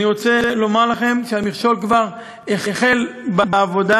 אני רוצה לומר לכם שהמכשול כבר הוחל בעבודה,